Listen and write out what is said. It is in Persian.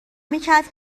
میکرد